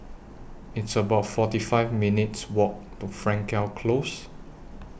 It's about forty five minutes' Walk to Frankel Close